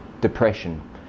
depression